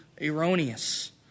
erroneous